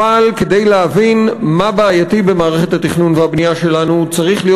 אבל כדי להבין מה בעייתי במערכת התכנון והבנייה שלנו צריך להיות